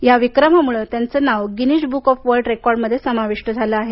या विक्रमामुळे त्यांचं नाव गिनीजबुक ऑफ वर्ल्ड रेकॉर्डमध्ये समाविष्ट झालं आहे